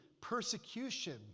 persecution